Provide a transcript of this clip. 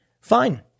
Fine